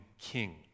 King